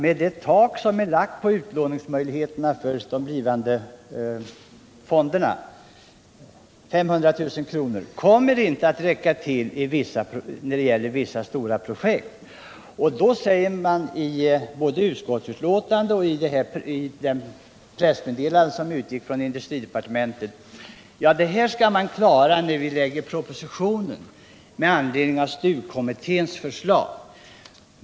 Med det tak som är lagt på utlåningsmöjligheterna för de blivande fonderna — 500 000 kr. — kommer pengarna inte att räcka till vissa stora projekt. Då säger man både i utskottsbetänkandet och i pressmeddelandet från industridepartementet att det här skall klaras av när man framlägger propositionen med anledning av STU-kommitténs förslag.